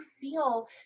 feel